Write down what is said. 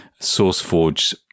SourceForge